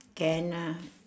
can ah